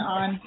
on